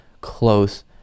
close